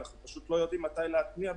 אנחנו לא יודעים מתי להתניע.